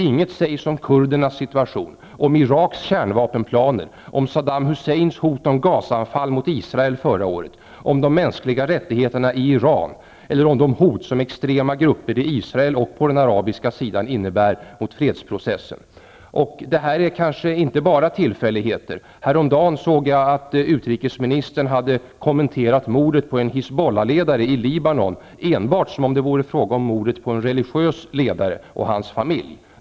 Inget sägs om kurdernas situation, om Iraks kärnvapenplaner, om Saddam Husseins hot om gasanfall mot Israel förra året, om de mänskliga rättigheterna i Iran eller om det hot som extrema grupper i Israel eller på den arabiska sidan innebär mot fredsprocessen. Detta är kanske inte bara tillfälligheter. Häromdagen såg jag att utrikesministern hade kommenterat mordet på en Hizbollah-ledare i Libanon enbart som om det vore fråga om mordet på en religiös ledare och hans familj.